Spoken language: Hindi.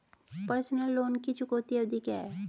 पर्सनल लोन की चुकौती अवधि क्या है?